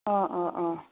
অঁ অঁ অঁ